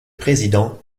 président